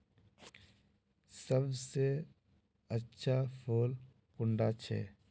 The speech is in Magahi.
सबसे अच्छा फुल कुंडा छै?